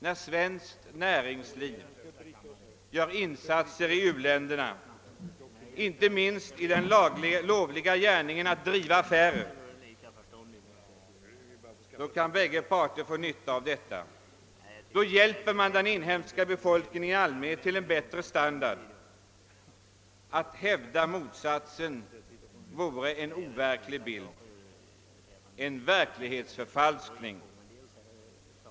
När svenskt näringsliv gör insatser i u-länderna, inte minst i den lovliga gärningen att driva affärer, då kan bägge parter få nytta av detta. Då hjälper man den inhemska befolkningen i allmänhet till en bättre standard. Att hävda motsatsen vore en overklig bild, en verklighetsförfalskning.